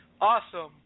Awesome